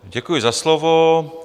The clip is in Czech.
Děkuji za slovo.